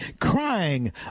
crying